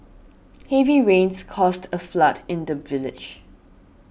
heavy rains caused a flood in the village